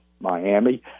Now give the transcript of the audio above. Miami